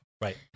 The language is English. right